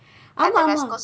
ஆமாம் ஆமாம்:aamaam aamaam